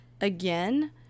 again